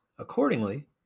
Accordingly